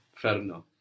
Ferno